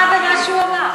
אז מה רע במה שהוא אמר?